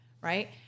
Right